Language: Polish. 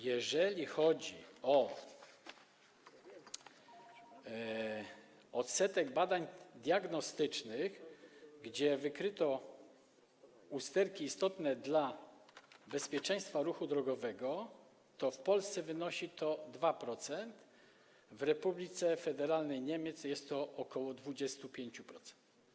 Jeżeli chodzi o odsetek badań diagnostycznych, w ramach których wykryto usterki istotne dla bezpieczeństwa ruchu drogowego, to w Polsce wynosi to 2%, w Republice Federalnej Niemiec jest to ok. 25%.